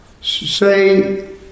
Say